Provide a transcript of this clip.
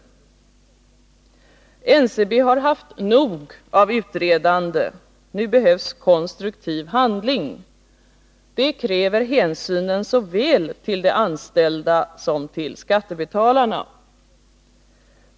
NCB har haft nog av utredande. Nu behövs konstruktiv handling. Det kräver hänsynen till såväl de anställda som skattebetalarna.